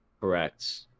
correct